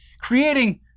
creating